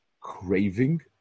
craving